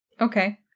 Okay